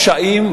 פשעים,